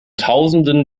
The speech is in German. tausenden